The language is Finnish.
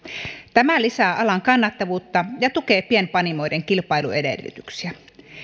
tämä lisää alan kannattavuutta ja tukee pienpanimoiden kilpailuedellytyksiä